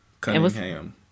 Cunningham